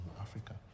Africa